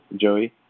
Joey